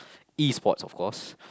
E Sports of course